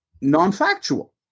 non-factual